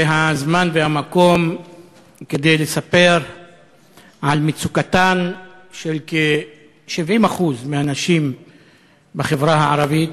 זה הזמן והמקום לספר על מצוקתן של כ-70% מהנשים בחברה הערבית,